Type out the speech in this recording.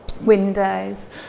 windows